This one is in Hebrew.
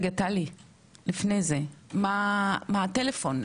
לפני זה, מה הטלפון?